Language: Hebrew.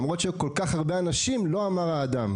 למרות שהיו כל כך הרבה אנשים, לא אמר האדם.